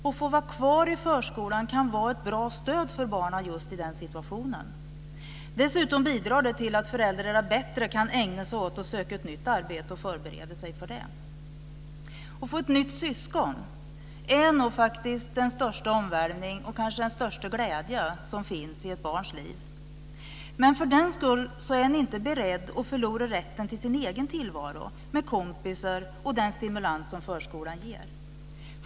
Att få vara kvar i förskolan kan vara ett bra stöd för barnen just i den situationen. Dessutom bidrar det till att föräldrarna bättre kan ägna sig åt att söka ett nytt arbete och förbereda sig för det. Att få ett nytt syskon är nog den största omvälvning och kanske den största glädje som finns i ett barns liv. Men för den skull är man inte beredd att förlora rätten till sin egen tillvaro med kompisar och den stimulans som förskolan ger.